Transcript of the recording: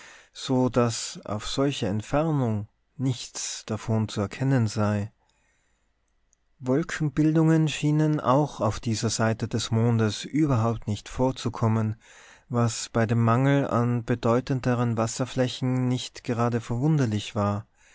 so daß auf solche entfernung nichts davon zu erkennen sei wolkenbildungen schienen auch auf dieser seite des mondes überhaupt nicht vorzukommen was bei dem mangel an bedeutenderen wasserflächen nicht gerade verwunderlich war